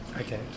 okay